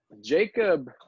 Jacob